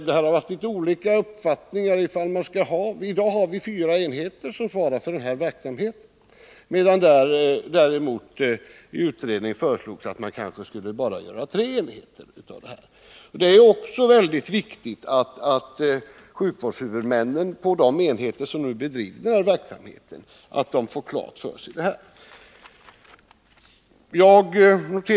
Det har varit litet olika uppfattningar. I dag har vi fyra enheter i landet som svarar för den här verksamheten. I utredningen föreslogs att man eventuellt bara skulle ha tre enheter. Det är mycket viktigt att sjukvårdshuvudmännen för de enheter som bedriver denna verksamhet får klart för sig hur det skall vara.